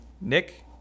Nick